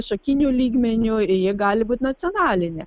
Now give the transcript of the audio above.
šakiniu lygmeniu ir ji gali būt nacionalinė